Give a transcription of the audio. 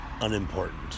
Unimportant